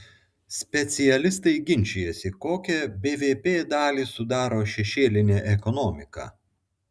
specialistai ginčijasi kokią bvp dalį sudaro šešėlinė ekonomika